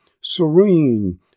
serene